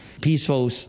peaceful